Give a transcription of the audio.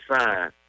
sign